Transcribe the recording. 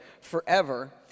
forever